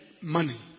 money